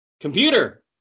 Computer